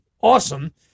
awesome